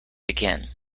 again